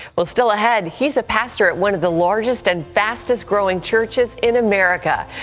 well, still ahead he's a pastor at one of the largest and fastest growing churches in america.